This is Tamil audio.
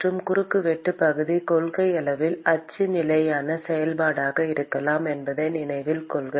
மற்றும் குறுக்குவெட்டு பகுதி கொள்கையளவில் அச்சு நிலையின் செயல்பாடாக இருக்கலாம் என்பதை நினைவில் கொள்க